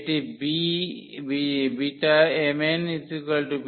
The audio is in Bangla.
এই BmnBnm